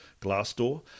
Glassdoor